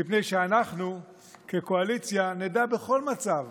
מפני שאנחנו כקואליציה נדע בכל מצב